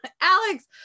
Alex